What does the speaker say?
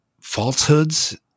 falsehoods